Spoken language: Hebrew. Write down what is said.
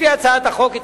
לפי הצעת החוק,